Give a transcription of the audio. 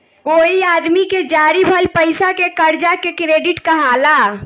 कोई आदमी के जारी भइल पईसा के कर्जा के क्रेडिट कहाला